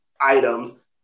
items